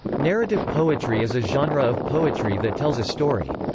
narrative poetry is a genre of poetry that tells a story.